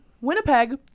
Winnipeg